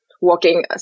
walking